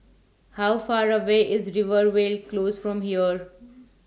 How Far away IS Rivervale Close from here